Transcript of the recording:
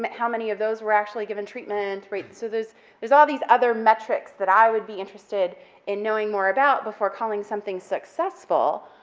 but how many of those were actually given treatment, right, so there's there's all these other metrics that i would be interested in knowing more about before calling something successful,